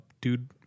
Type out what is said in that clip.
dude